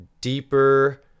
deeper